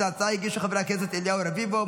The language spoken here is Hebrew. את ההצעה הגישו חברי הכנסת אליהו רביבו,